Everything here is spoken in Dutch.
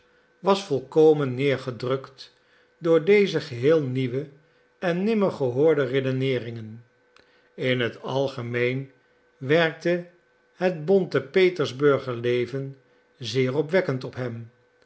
was volkomen neergedrukt door deze geheel nieuwe en nimmer gehoorde redeneeringen in het algemeen werkte het bonte petersburger leven zeer opwekkend op hem